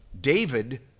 David